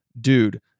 dude